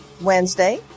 Wednesday